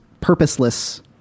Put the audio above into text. purposeless